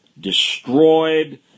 destroyed